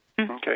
Okay